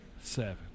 seven